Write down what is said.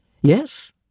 Yes